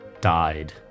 died